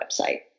website